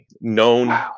known